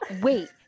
wait